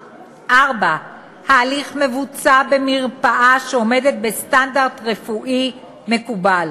4. ההליך מבוצע במרפאה שעומדת בסטנדרט רפואי מקובל.